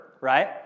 right